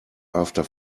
after